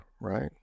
right